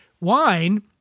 wine